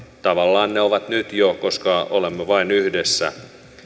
tavallaan ne ovat nyt jo koska olemme vain yhdessä